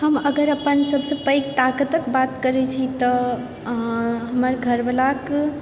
हम अगर अपन सबसँ पैघ ताकतकेँ बात करए छी तऽ हमर घरवलाके